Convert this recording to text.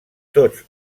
tots